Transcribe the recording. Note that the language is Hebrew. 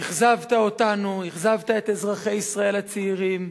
אכזבת אותנו, אכזבת את אזרחי ישראל הצעירים,